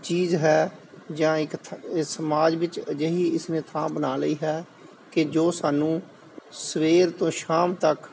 ਚੀਜ਼ ਹੈ ਜਾਂ ਇਰ ਥ ਇਹ ਸਮਾਜ ਵਿੱਚ ਅਜਿਹੀ ਇਸਨੇ ਥਾਂ ਬਣਾ ਲਈ ਹੈ ਕਿ ਜੋ ਸਾਨੂੰ ਸਵੇਰ ਤੋਂ ਸ਼ਾਮ ਤੱਕ